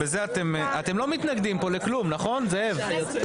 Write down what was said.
אתם לא מתנגדים פה לכלום, נכון זאב?